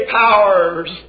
powers